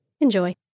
Enjoy